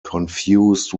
confused